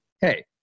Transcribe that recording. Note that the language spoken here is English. Hey